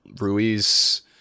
ruiz